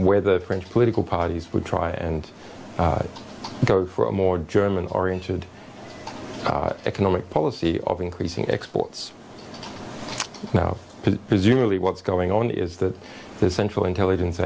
where the french political parties would try and go for a more german oriented economic policy of increasing exports now presumably what's going on is that the central intelligence